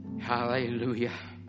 Hallelujah